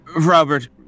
Robert